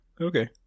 Okay